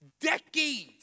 decades